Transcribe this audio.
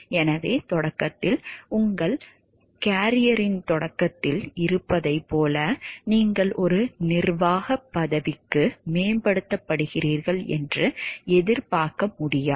எனவே தொடக்கத்தில் உங்கள் கேரியரின் தொடக்கத்தில் இருந்ததைப் போல நீங்கள் ஒரு நிர்வாகப் பதவிக்கு மேம்படுத்தப்படுவீர்கள் என்று எதிர்பார்க்க முடியாது